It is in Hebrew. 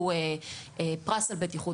איזשהו פרס על בטיחות,